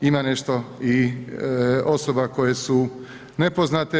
Ima nešto i osoba koje su nepoznate.